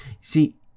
see